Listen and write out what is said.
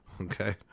Okay